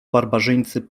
barbarzyńcy